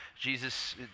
Jesus